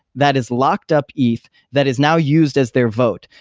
that is locked up eth, that is now used as their vote.